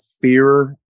fear